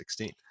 2016